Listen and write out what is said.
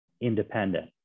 independent